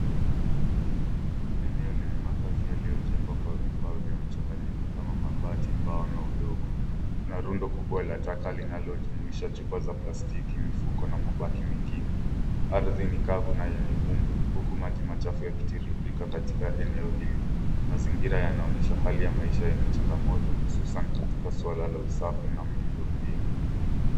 Eneo lenye makazi yaliyojengwa kwa vifaa vya mchanganyiko kama mabati, mbao na udongo. Kuna rundo kubwa la taka linalojumuisha chupa za plastiki, mifuko na mabaki mengine. Ardhi ni kavu na yenye vumbi huku maji machafu yakitiririka katika eneo hili. Mazingira yanaonyesha hali ya maisha yenye changamoto hususan katika suala la usafi na miundo mbinu.